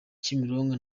kimironko